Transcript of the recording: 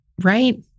right